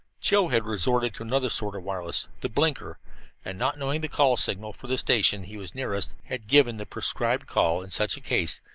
joe had resorted to another sort of wireless the blinker and, not knowing the call signal for the station he was nearest, had given the prescribed call in such a case,